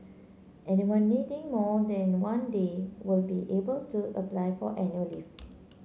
anyone needing more than one day will be able to apply for annual leave